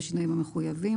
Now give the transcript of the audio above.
בשינויים המחויבים.